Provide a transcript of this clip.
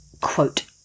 quote